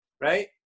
right